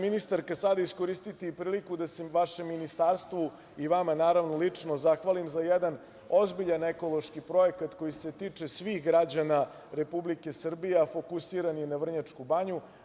Ministarka, iskoristiću priliku sada da se vašem ministarstvu i vama lično zahvalim za jedan ozbiljan ekološki projekat koji se tiče svih građana Republike Srbije, a fokusiran je na Vrnjačku Banju.